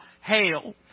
hail